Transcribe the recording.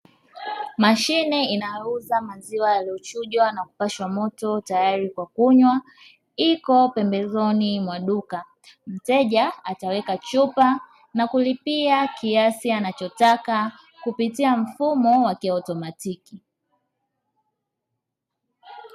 Mashine inayouza maziwa yaliyochujwa na kupashwa moto tayari kwa kunywa iko pembezoni mwa duka. Mteja ataweka chupa na kulipia kiasi anachotaka kupitia mfumo wa kiotomatiki.